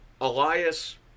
Elias